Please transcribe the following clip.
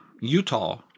Utah